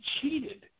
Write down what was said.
cheated